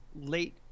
late –